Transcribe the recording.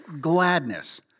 gladness